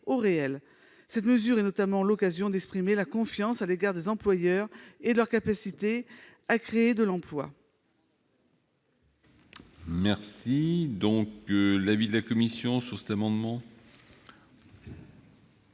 au réel. Cette mesure offre notamment l'occasion d'exprimer la confiance à l'égard des employeurs et de leur capacité à créer de l'emploi. Quel est l'avis de la commission ? Madame